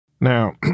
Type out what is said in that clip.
Now